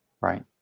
right